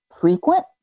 frequent